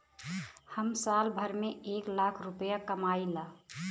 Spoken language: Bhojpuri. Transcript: हम साल भर में एक लाख रूपया कमाई ला